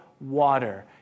water